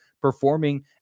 performing